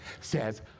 says